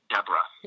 Deborah